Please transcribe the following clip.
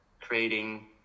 creating